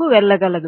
కు వెళ్ళగలదు